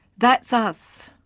that's us.